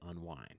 unwind